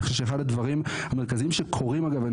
אני חושב שאחד הדברים המרכזיים שקורים אגב,